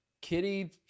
kitty